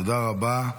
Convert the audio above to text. תודה רבה.